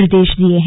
निर्देश दिये हैं